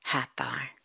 Hathar